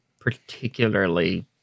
particularly